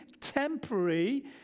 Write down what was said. temporary